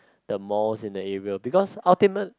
the malls in the area because ultimate